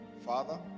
father